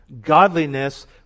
Godliness